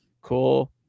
Cool